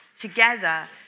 together